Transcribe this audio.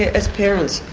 as parents,